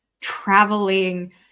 traveling